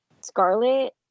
Scarlet